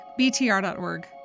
btr.org